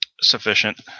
Sufficient